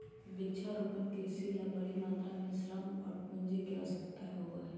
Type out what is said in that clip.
वृक्षारोपण कृषि ला बड़ी मात्रा में श्रम और पूंजी के आवश्यकता होबा हई